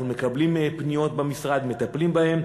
אנחנו מקבלים פניות במשרד ואנחנו מטפלים בהן.